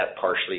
partially